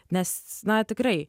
nes na tikrai